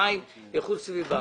מים ואיכות סביבה,